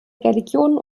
religionen